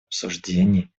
обсуждений